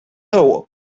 know